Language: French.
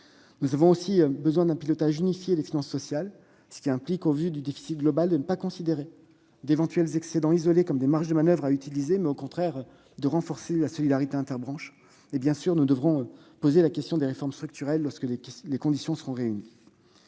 Nous avons également besoin d'un pilotage unifié des finances sociales, ce qui implique, au vu du déficit global, de ne pas considérer les éventuels excédents isolés comme des marges de manoeuvre, mais de renforcer la solidarité interbranches. Nous devrons évidemment poursuivre les réformes structurelles lorsque les conditions seront réunies.